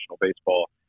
baseball